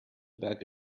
berge